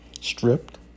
stripped